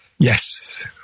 Yes